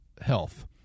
Health